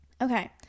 Okay